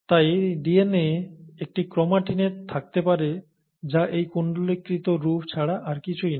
তাই DNA একটি ক্রোমাটিনে থাকতে পারে যা এই কুণ্ডলীকৃত রূপ ছাড়া আর কিছুই নয়